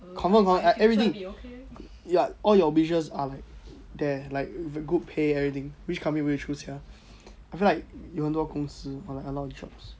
confirm confirm like everything ya all your features are like there like with a good pay everything which company would you choose [sial] I feel like 有很多公司 or like a lot of jobs